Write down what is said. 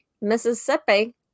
Mississippi